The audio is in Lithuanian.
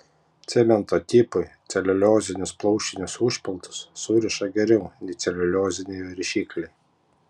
cemento tipui celiuliozinius plaušinius užpildus suriša geriau nei celiulioziniai rišikliai